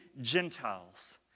Gentiles